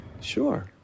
Sure